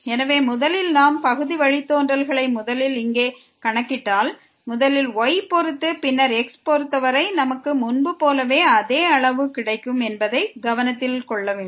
எனவே முதலில் நாம் பகுதி வழித்தோன்றல்களை முதலில் இங்கே கணக்கிட்டால் முதலில் y பொறுத்து பின்னர் x பொறுத்த வரை நமக்கு முன்பு போலவே அதே அளவு கிடைக்கும் என்பதை கவனத்தில் கொள்ள வேண்டும்